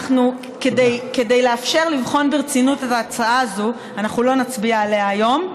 כדי לאפשר לבחון ברצינות את ההצעה הזאת אנחנו לא נצביע עליה היום.